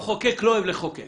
המחוקק לא אוהב לחוקק.